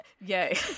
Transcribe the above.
Yay